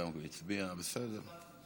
גם ירון הצביע, בסדר.